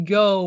go